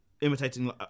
imitating